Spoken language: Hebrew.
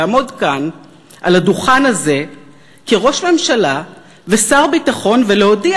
לעמוד כאן על הדוכן הזה כראש ממשלה ושר ביטחון ולהודיע,